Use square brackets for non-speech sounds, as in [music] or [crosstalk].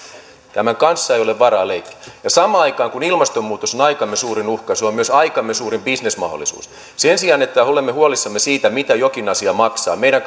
tämän kanssa ei ole varaa leikkiä samaan aikaan kun ilmastonmuutos on aikamme suurin uhka se on myös aikamme suurin bisnesmahdollisuus sen sijaan että olemme huolissamme siitä mitä jokin asia maksaa meidän [unintelligible]